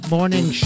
Morning